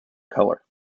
color